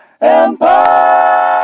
Empire